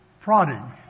prodding